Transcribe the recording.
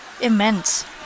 Immense